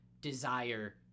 desire